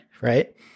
Right